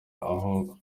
aho